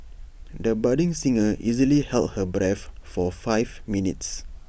the budding singer easily held her breath for five minutes